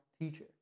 teacher